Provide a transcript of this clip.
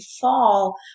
fall